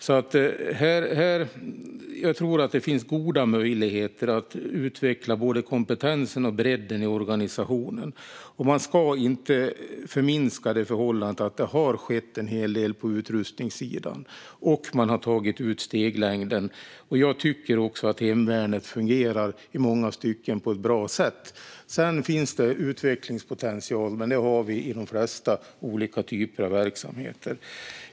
Jag tror att det finns goda möjligheter att utveckla både kompetensen och bredden i organisationen. Man ska inte förminska förhållandet att det har skett en hel del på utrustningssidan och att man har tagit ut steglängden. Jag tycker också att hemvärnet fungerar på ett i många stycken bra sätt. Sedan finns det utvecklingspotential, men det gör det i de flesta verksamheter.